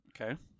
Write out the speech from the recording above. okay